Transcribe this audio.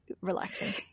relaxing